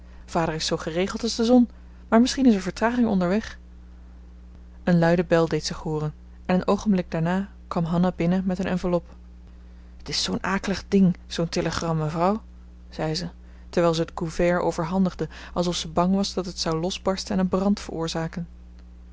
vader is zoo geregeld als de zon maar misschien is er vertraging onderweg een luide bel deed zich hooren en een oogenblik daarna kwam hanna binnen met een enveloppe het is zoo'n akelig ding zoo'n telegram mevrouw zei ze terwijl ze het couvert overhandigde alsof ze bang was dat het zou losbarsten en brand veroorzaken